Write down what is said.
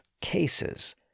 cases